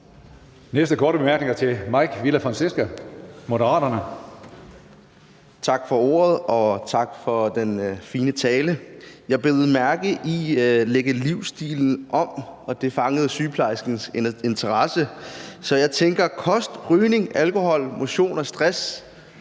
næste korte bemærkning er til Mike Villa Fonseca, Moderaterne. Kl. 19:25 Mike Villa Fonseca (M): Tak for ordet, og tak for den fine tale. Jeg bed mærke i det med at lægge livsstilen om, og det fangede sygeplejerskens interesse. Så jeg tænker kost, rygning, alkohol, motion og stress